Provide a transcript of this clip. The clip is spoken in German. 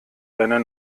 deine